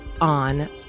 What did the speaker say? on